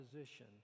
position